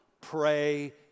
Pray